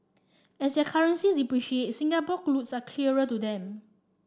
as their currencies depreciate Singapore are to them